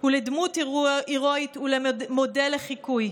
לדמות הירואית ולמודל לחיקוי.